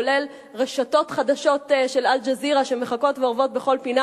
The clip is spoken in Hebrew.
כולל רשתות חדשות של "אל-ג'זירה" שמחכות ואורבות בכל פינה